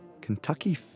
Kentucky